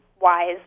wise